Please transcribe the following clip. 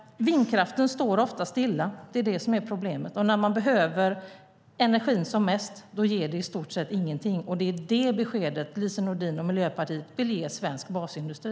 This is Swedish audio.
Vindkraften står ofta stilla. Det är det som är problemet. När man behöver energin som mest ger det i stort sett ingenting, och det är det beskedet Lise Nordin och Miljöpartiet vill ge svensk basindustri.